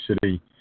City